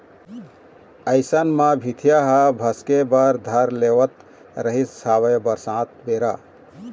अइसन म भीतिया ह भसके बर धर लेवत रिहिस हवय बरसात बेरा